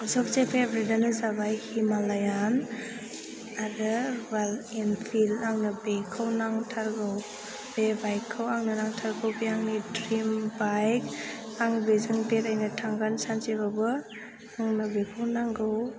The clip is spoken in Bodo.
सबसे फेभरेटआनो जाबाय हिमालयान आरो रयेल एनफिल्द आंनो बेखौ नांथारगौ बे बाइकखौ आंनो नांथारगौ आंनि द्रिम बाइक आं बेजों बेरायनो थांगोन सानसेबाबो आंनो बेखौ नांगौ